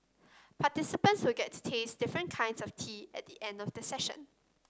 participants will get to taste different kinds of tea at the end of the session